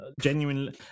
genuinely